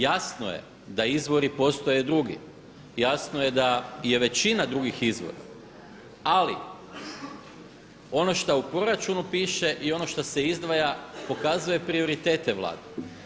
Jasno je da izvori postoje drugi, jasno je da je većina drugih izvora ali ono što u proračunu piše i ono što se izdvaja pokazuje prioritete Vlade.